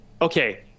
okay